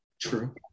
True